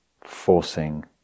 forcing